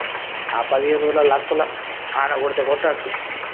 ఆ పదిహేను రోజుల లక్కుల అక్కడ కొడితే కొట్టచ్చు